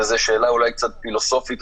והוא שאלה אולי קצת פילוסופית,